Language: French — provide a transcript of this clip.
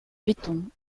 béton